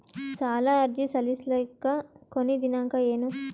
ಸಾಲ ಅರ್ಜಿ ಸಲ್ಲಿಸಲಿಕ ಕೊನಿ ದಿನಾಂಕ ಏನು?